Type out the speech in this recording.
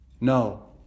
No